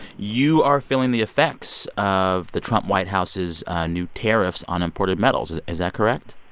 you are feeling the effects of the trump white house's new tariffs on imported metals. is is that correct?